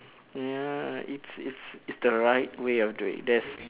ya it's it's it's the right way of doing there's